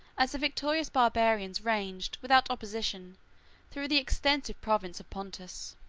as the victorious barbarians ranged without opposition through the extensive province of pontus.